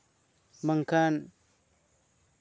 ᱵᱟᱝᱠᱷᱟᱱ